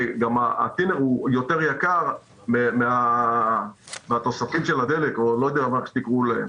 גם הטינר יותר יקר מהתוספים של הדלק או לא יודע איך תקראו להם.